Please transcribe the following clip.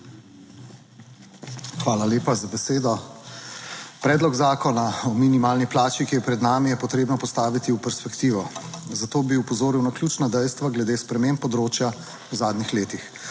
Hvala lepa za besedo. Predlog zakona o minimalni plači, ki je pred nami, je potrebno postaviti v perspektivo, zato bi opozoril na ključna dejstva glede sprememb področja v zadnjih letih.